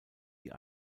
die